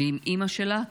ועם אימא שלה,